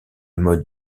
mode